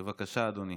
בבקשה, אדוני.